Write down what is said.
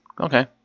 Okay